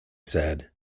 said